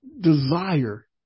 desire